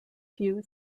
few